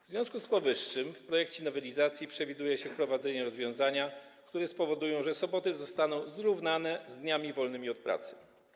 W związku z powyższym w projekcie nowelizacji przewiduje się wprowadzenie rozwiązania, które spowoduje, że soboty zostaną zrównane z dniami wolnymi od pracy.